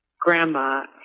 grandma